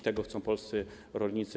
Tego chcą polscy rolnicy.